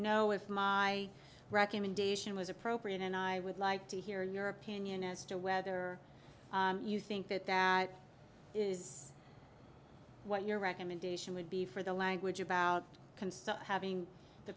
know if i recommendation was appropriate and i would like to hear your opinion as to whether you think that that is what your recommendation would be for the language about concern having the